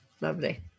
lovely